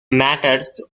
matters